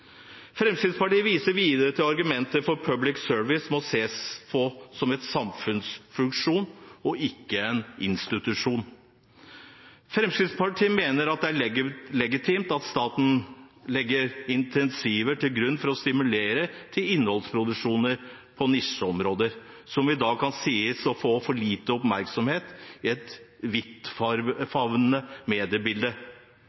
Fremskrittspartiet viser videre til argumenter for at public service må ses på som en samfunnsfunksjon og ikke en institusjon. Fremskrittspartiet mener det er legitimt at staten legger incentiver til grunn for å stimulere til innholdsproduksjon på nisjeområder som i dag kan sies å få for liten oppmerksomhet i et